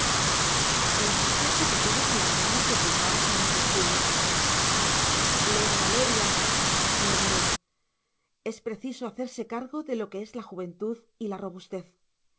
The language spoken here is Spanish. el marqués se detuvo con las manos sepultadas en los bolsillos leria leria murmuró es preciso hacerse cargo de lo que es la juventud y la robustez